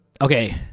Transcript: okay